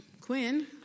Quinn